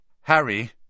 Harry